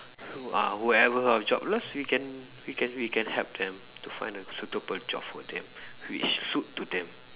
who are whoever are jobless we can we can we can help them to find a suitable job for them which suit to them